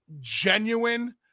genuine